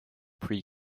pre